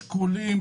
שקולים,